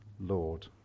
Lord